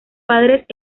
padres